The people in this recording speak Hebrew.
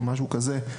או משהו כזה,